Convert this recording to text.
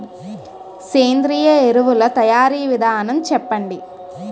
సేంద్రీయ ఎరువుల తయారీ విధానం చెప్పండి?